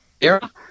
era